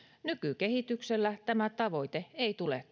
nykykehityksellä tämä tavoite ei tule